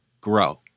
grow